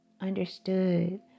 understood